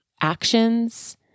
actions